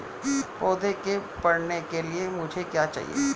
पौधे के बढ़ने के लिए मुझे क्या चाहिए?